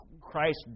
Christ